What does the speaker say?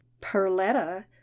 perletta